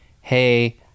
hey